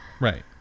Right